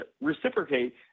reciprocate